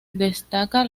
destaca